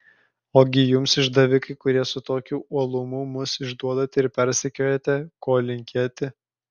ogi jums išdavikai kurie su tokiu uolumu mus išduodate ir persekiojate ko linkėti